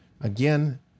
Again